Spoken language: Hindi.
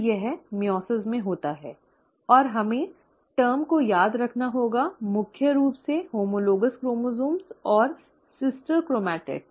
तो यह मइओसिस में होता है और हमें टर्म को याद रखना होगा मुख्य रूप से होमोलोगॅस क्रोमोसोम्स और सिस्टर क्रोमैटिडस